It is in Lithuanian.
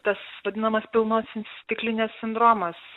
tas vadinamas pilnos s stiklinės sindromas